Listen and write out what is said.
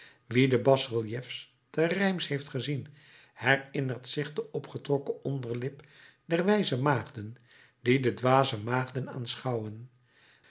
wie de bas reliefs te reims heeft gezien herinnert zich de opgetrokken onderlip der wijze maagden die de dwaze maagden